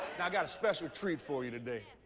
and got a special treat for you today.